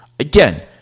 Again